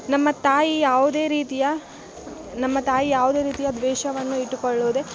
ನಮ್ಮ ತಾಯಿ ಯಾವುದೇ ರೀತಿಯ ನಮ್ಮ ತಾಯಿ ಯಾವುದೇ ರೀತಿಯ ದ್ವೇಷವನ್ನು ಇಟ್ಟುಕೊಳ್ಳುವುದೇ